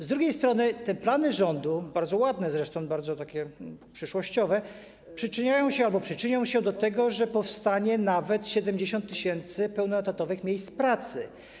Z drugiej strony plany rządu, zresztą bardzo ładne, bardzo przyszłościowe, przyczyniają się albo przyczynią się do tego, że powstanie nawet 70 tys. pełnoetatowych miejsc pracy.